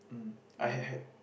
mm I had had